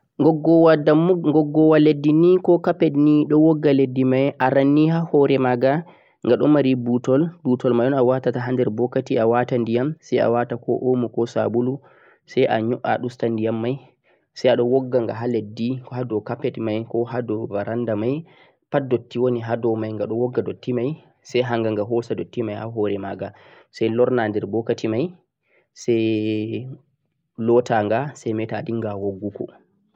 goggowa leddi ni ko capet ni don wogga leddi ni aren ni haa hore magha ghadon mari butol butol mei o'n awatata hander bookati awaatan diyam sai awata ko omo ko sabulu sai a yo'a ustan diyam mei sai don woggongha haa leddi ko haa do capet mei ko haa do baranda mei pad datti wooni haa do mei ghadn wogga datti mei sai hangangha hoosa datti mei haa hoore magha sai lornaden bokati mei sai lotangha sai metaa a dhinghan wogguugo